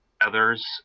others